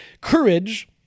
courage